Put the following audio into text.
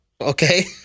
Okay